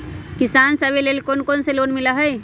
किसान सवे लेल कौन कौन से लोने हई?